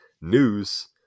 news